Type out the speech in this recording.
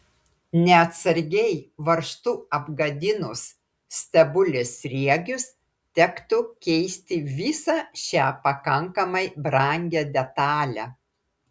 neatsargiai varžtu apgadinus stebulės sriegius tektų keisti visą šią pakankamai brangią detalę